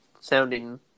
sounding